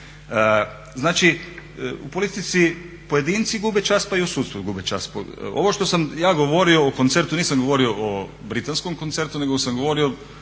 Znači u politici pojedinci gube čast pa i u sudstvu gube čast pojedinci. Ovo što sam ja govorio o koncertu, nisam govorio o britanskom koncertu nego sam govorio,